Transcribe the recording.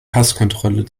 passkontrolle